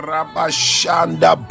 Rabashanda